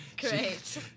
Great